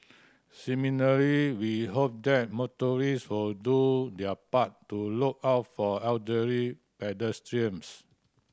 similarly we hope that motorists will do their part to look out for elderly pedestrians